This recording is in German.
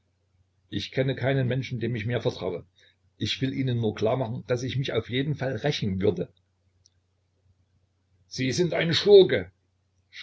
ich kenne keinen menschen dem ich mehr vertraue ich will ihnen nur klar machen daß ich mich auf jeden fall rächen würde sie sind ein schurke